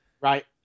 Right